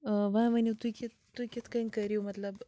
ٲ وۄنۍ وٕنو تُہۍ کہ تُہۍ کِتھ کٔنۍ کٔرِو مطلب